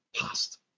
past